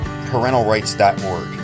parentalrights.org